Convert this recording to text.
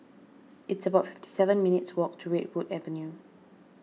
it's about fifty seven minutes' walk to Redwood Avenue